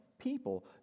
people